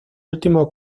último